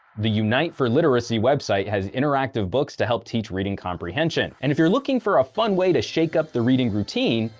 the unite for literacy website has interactive books to help teach reading comprehension, and if you're looking for a fun way to shake up the reading routine,